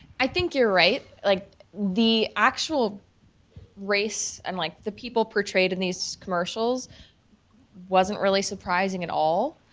i think you're right, like the actual race and like the people portrayed in these commercials wasn't really surprising at all.